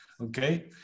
okay